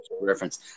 Reference